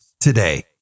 today